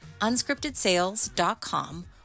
unscriptedsales.com